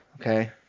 okay